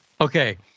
Okay